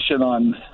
on